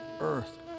earth